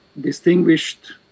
distinguished